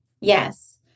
Yes